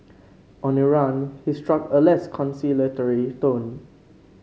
on Iran he struck a less conciliatory tone